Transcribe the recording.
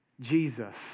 Jesus